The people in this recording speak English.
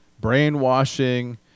brainwashing